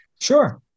Sure